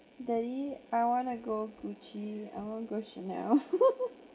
daddy I want to go Gucci I want to go Chanel